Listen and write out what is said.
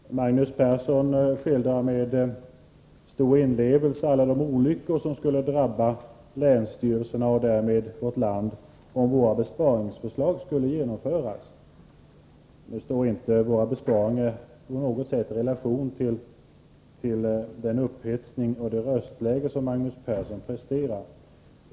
Herr talman! Magnus Persson skildrar med stor inlevelse alla de olyckor som skulle drabba länsstyrelserna och därmed vårt land om våra besparingsförslag skulle genomföras. Nu står inte våra besparingar på något sätt i relation till den upphetsning och det röstläge som Magnus Persson presterar.